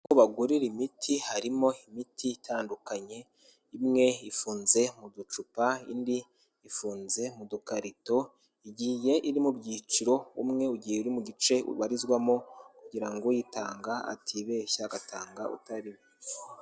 Aho bagurira imiti, harimo imiti itandukanye, imwe ifunze mu gacupa, indi ifunze mu dukarito, igiye iri mu byiciro, umwe u gihe uri mu gice ubarizwamo, kugira uyitanga atibeshya agatanga utariwo.